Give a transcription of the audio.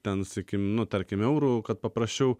ten sakykim nu tarkime eurų kad paprasčiau